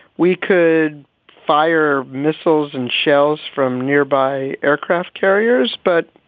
we could fire missiles and shells from nearby aircraft carriers. but,